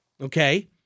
okay